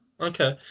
okay